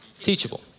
Teachable